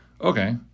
Okay